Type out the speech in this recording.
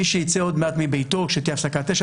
מי שייצא עוד מעט מביתו כשתהיה הפסקת אש,